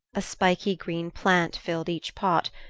a spiky green plant filled each pot,